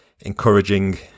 encouraging